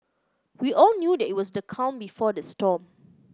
we all knew that it was the calm before the storm